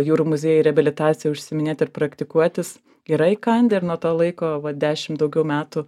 jūrų muziejuj reabilitacija užsiiminėt ir praktikuotis yra įkandę ir nuo to laiko dešim daugiau metų